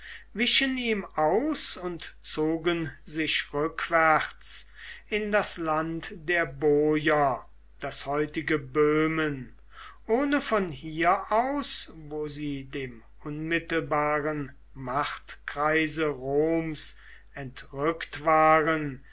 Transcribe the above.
wichen ihm aus und zogen sich rückwärts in das land der boier das heutige böhmen ohne von hier aus wo sie dem unmittelbaren machtkreise roms entrückt waren